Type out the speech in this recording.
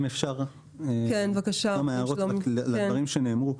אם אפשר כמה הערות לדברים שנאמרו.